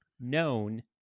known